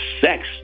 sex